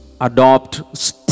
adopt